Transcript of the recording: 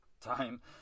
time